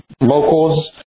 locals